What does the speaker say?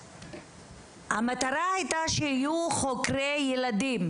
המטרה הייתה שיהיו חוקרי ילדים,